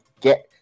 get